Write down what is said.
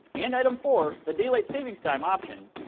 and item four, the daylight savings time option.